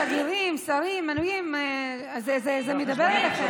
שגרירים, שרים, מינויים, זה מדבר אליכם.